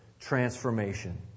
transformation